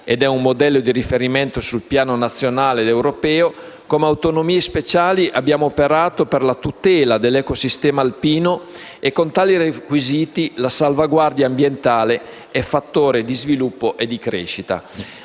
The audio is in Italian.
ed è un modello di riferimento sul piano nazionale ed europeo, come autonomie speciali abbiamo operato per la tutela dell'ecosistema alpino e con tali requisiti la salvaguardia ambientale è fattore di sviluppo e di crescita.